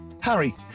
Harry